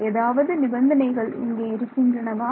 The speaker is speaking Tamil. ஏதாவது நிபந்தனைகள் இங்கே இருக்கின்றனவா